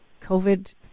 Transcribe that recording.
COVID